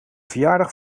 verjaardag